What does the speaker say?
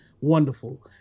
wonderful